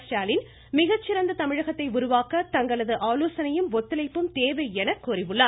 ஸ்டாலின் மிகச்சிறந்த தமிழகத்தை உருவாக்க தங்களது ஆலோசனையும் ஒத்துழைப்பும் தேவை என கூறியுள்ளார்